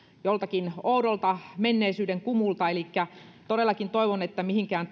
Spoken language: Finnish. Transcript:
joltakin oudolta menneisyyden kumulta elikkä todellakin toivon että mihinkään